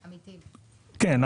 כן.